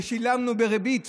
ושילמנו בריבית